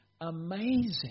amazing